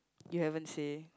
you haven't say